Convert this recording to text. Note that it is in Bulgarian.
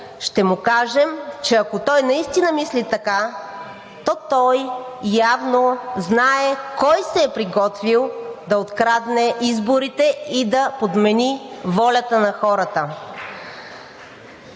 ще му кажем, че ако той наистина мисли така, то явно знае кой се е приготвил да открадне изборите и да подмени волята на хората.